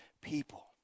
people